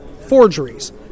Forgeries